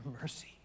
mercy